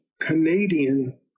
Canadian